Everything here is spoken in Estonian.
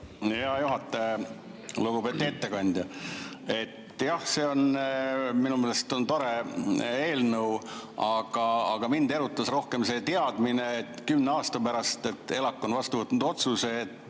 Hea juhataja! Lugupeetud ettekandja! Jah, see on minu meelest tore eelnõu. Aga mind erutas rohkem see teadmine, et kümne aasta pärast – ELAK on vastu võtnud otsuse –